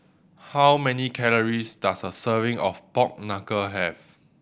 how many calories does a serving of pork knuckle have